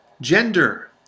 Gender